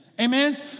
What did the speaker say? Amen